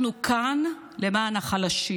אנחנו כאן למען החלשים.